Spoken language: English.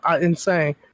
insane